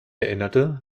erinnerte